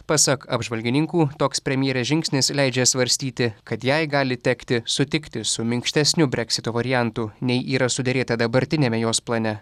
pasak apžvalgininkų toks premjerės žingsnis leidžia svarstyti kad jai gali tekti sutikti su minkštesniu breksito variantu nei yra suderėta dabartiniame jos plane